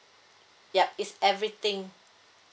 yup it's everything